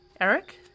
Eric